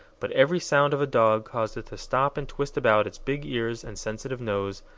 but every sound of a dog caused it to stop and twist about its big ears and sensitive nose,